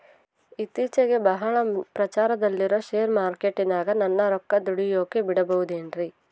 ಇತ್ತೇಚಿಗೆ ಬಹಳ ಪ್ರಚಾರದಲ್ಲಿರೋ ಶೇರ್ ಮಾರ್ಕೇಟಿನಾಗ ನನ್ನ ರೊಕ್ಕ ದುಡಿಯೋಕೆ ಬಿಡುಬಹುದೇನ್ರಿ?